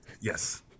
Yes